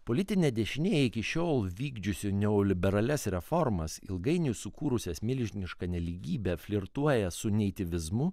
politinė dešinė iki šiol vykdžiusi neoliberalias reformas ilgainiui sukūrusias milžinišką nelygybę flirtuoja su neitivizmu